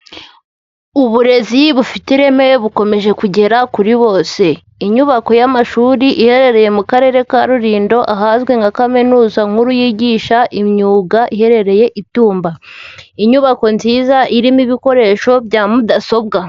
Uburezi bufite ireme bukomeje kugera kuri bose, inyubako y'amashuri iherereye mu karere ka Rulindo, ahazwi nka Kaminuza nkuru yigisha imyuga iherereye i Tumba, inyubako nziza irimo ibikoresho bya mudasobwa.